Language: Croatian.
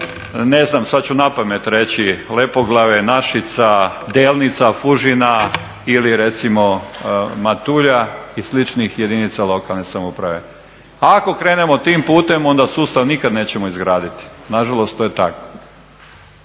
ne znam sad ću na pamet reći Lepoglave, Našica, Delnica, Fužina ili recimo Matulja i sličnih jedinica lokalne samouprave. Ako krenemo tim putem onda sustav nikad nećemo izgraditi. Na žalost to je tako.